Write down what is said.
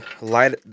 light